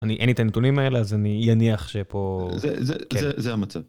אני אין את הנתונים האלה אז אני אניח שפה זה המצב.